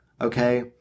Okay